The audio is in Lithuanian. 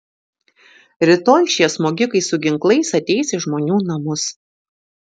rytoj šie smogikai su ginklais ateis į žmonių namus